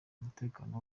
umutekano